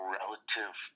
relative